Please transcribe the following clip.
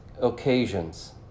Occasions